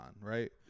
right